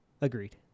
Agreed